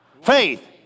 Faith